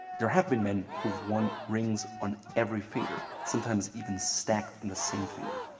there have been men who've worn rings on every finger, sometimes even stacked on the same finger.